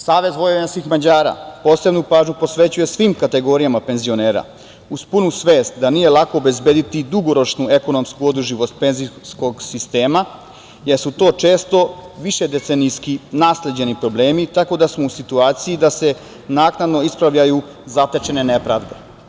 Savez Vojvođanskih Mađara, posebnu pažnju posvećuje svim kategorijama penzionera uz punu svest da nije lako obezbediti dugoročnu ekonomsku održivost penzijskog sistema, jer su to često višedecenijski i nasleđeni problemi, tako da smo u situaciji da se naknadno ispravljaju zatečene nepravde.